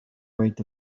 wait